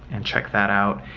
and check that out,